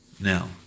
Now